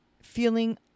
feeling